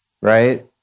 right